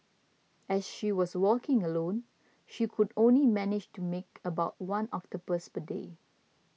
as she was working alone she could only manage to make about one octopus per day